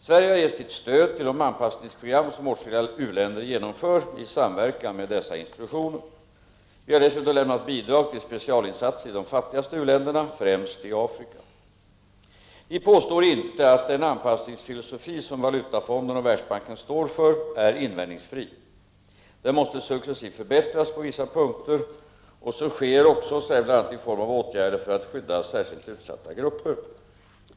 Sverige har gett sitt stöd till de anpassningsprogram som åtskilliga u-länder genomför i samverkan med dessa institutioner. Vi har dessutom lämnat bidrag till specialinsatser i de fattigaste u-länderna, främst i Afrika. Vi påstår inte att den anpassningsfilosofi som Valutafonden och Världsbanken står för är invändningsfri; den måste successivt förbättras på vissa punkter och så sker också, bl.a. i form av åtgärder för att skydda särskilt utsatta grupper.